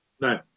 No